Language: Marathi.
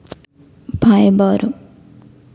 फायबर